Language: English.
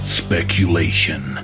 speculation